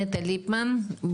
נטע ליפמן,